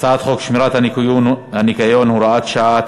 הצעת חוק שמירת הניקיון (הוראת שעה),